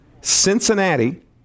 Cincinnati